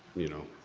you know,